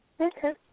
Okay